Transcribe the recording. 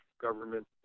government